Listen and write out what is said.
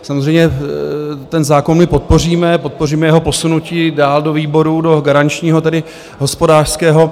Samozřejmě ten zákon my podpoříme, podpoříme jeho posunutí dál do výboru, do garančního, tedy hospodářského.